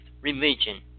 religion